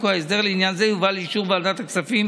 ההסתייגות לא התקבלה.